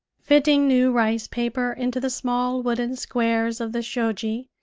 fitting new rice-paper into the small wooden squares of the shoji,